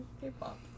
K-pop